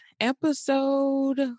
episode